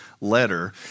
letter